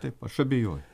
taip aš abejoju